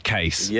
Case